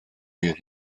fydd